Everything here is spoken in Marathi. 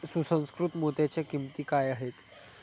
सुसंस्कृत मोत्यांच्या किंमती काय आहेत